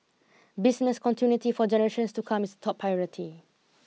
business continuity for generations to come is a top priority